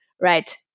right